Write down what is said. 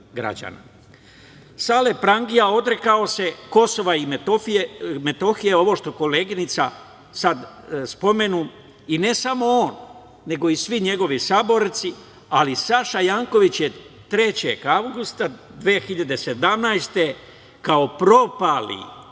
prangija odrekao se KiM, ovo što koleginica sad spomenu, i ne samo on, nego i svi njegovi saborci, ali Saša Janković je 3. avgusta 2017. godine kao propali